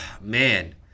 Man